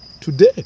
Today